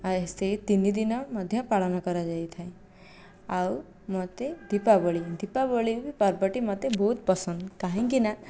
ଆଉ ସେହି ତିନିଦିନ ମଧ୍ୟ ପାଳନ କରାଯାଇଥାଏ ଆଉ ମୋତେ ଦୀପାବଳି ଦୀପାବଳି ବି ପର୍ବଟି ମୋତେ ବହୁତ ପସନ୍ଦ କାହିଁକିନା